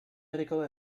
medical